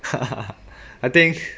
I think